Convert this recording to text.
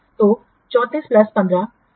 तो 34 प्लस 15 49 है